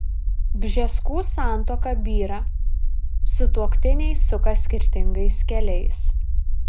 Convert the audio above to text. bžeskų santuoka byra sutuoktiniai suka skirtingais keliais